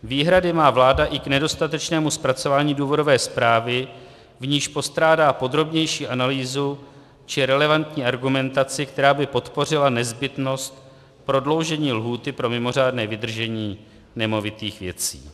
Výhrady má vláda i k nedostatečnému zpracování důvodové zprávy, v níž postrádá podrobnější analýzu či relevantní argumentaci, která by podpořila nezbytnost prodloužení lhůty pro mimořádné vydržení nemovitých věcí.